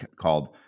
called